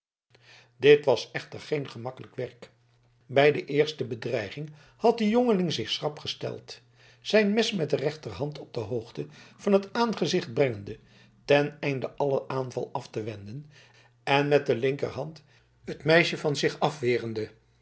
dit was echter geen gemakkelijk werk bij de eerste bedreiging had de jongeling zich schrap gesteld zijn mes met de rechterhand op de hoogte van het aangezicht brengende ten einde allen aanval af te wenden en met de linkerhand het meisje van zich afwerende